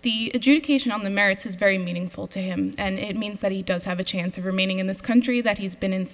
the education on the merits is very meaningful to him and it means that he does have a chance of remaining in this country that he's been in